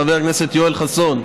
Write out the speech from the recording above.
חבר הכנסת יואל חסון.